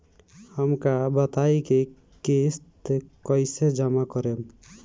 हम का बताई की किस्त कईसे जमा करेम?